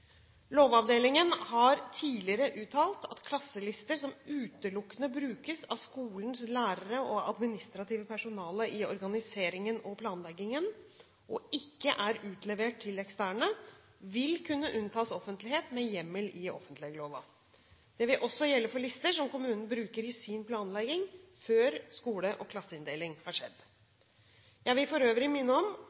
Lovavdelingen har tidligere uttalt at klasselister som utelukkende brukes av skolens lærere og administrative personale i organiseringen og planleggingen, og ikke er utlevert til eksterne, vil kunne unntas offentlighet med hjemmel i offentleglova. Det vil også gjelde for lister som kommunen bruker i sin planlegging før skole- og klasseinndeling har skjedd. Jeg vil for øvrig minne om